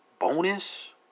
bonus